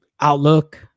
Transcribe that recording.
Outlook